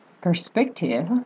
perspective